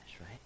right